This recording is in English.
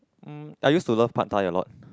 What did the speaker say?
mm I used to love pad-thai a lot